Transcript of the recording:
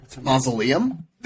Mausoleum